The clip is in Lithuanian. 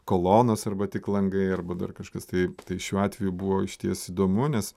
kolonos arba tik langai arba dar kažkas tai tai šiuo atveju buvo išties įdomu nes